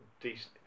Decent